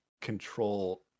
control